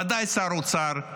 ודאי שר האוצר,